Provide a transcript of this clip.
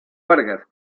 vargas